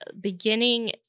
beginning